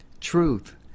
truth